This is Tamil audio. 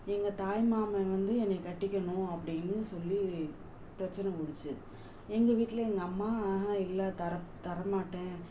எங்கள் தாய் மாமன் வந்து என்னை கட்டிக்கணும் அப்படின்னு சொல்லி பிரச்சனை பண்ணிச்சு எங்கள் வீட்டில எங்கள் அம்மா ஆஹங் இல்லை தரப் தரமாட்டேன்